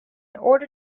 order